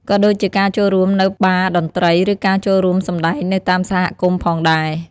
ក៏ដូចជាការចូលរួមនៅបារតន្ត្រី ឬការចូលរួមសម្តែងនៅតាមសហគមន៍ផងដែរ។